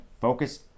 focus